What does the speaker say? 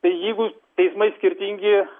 tai jeigu teismai skirtingi